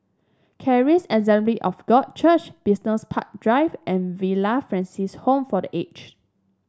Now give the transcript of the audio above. Charis Assembly of God Church Business Park Drive and Villa Francis Home for The Aged